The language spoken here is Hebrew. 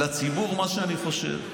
לציבור, את מה שאני חושב.